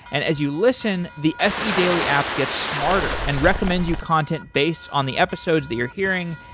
and as you listen, the se daily app gets smarter and recommends you content based on the episodes that you're hearing.